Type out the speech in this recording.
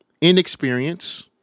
inexperience